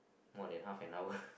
more than half an hour